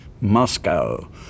Moscow